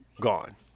gone